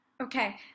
Okay